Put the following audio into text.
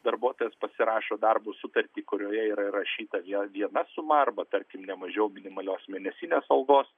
darbuotojas pasirašo darbo sutartį kurioje yra įrašyta vie viena suma arba tarkim nemažiau minimalios mėnesinės algos